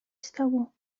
stało